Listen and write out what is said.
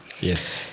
Yes